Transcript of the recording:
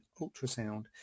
ultrasound